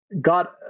Got